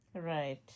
Right